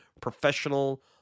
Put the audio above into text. professional